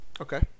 Okay